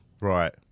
right